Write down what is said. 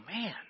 man